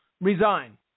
resign